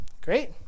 Great